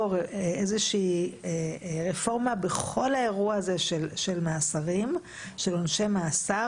איזושהי רפורמה בכל האירוע הזה של עונשי מאסר.